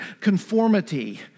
conformity